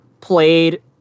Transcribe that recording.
played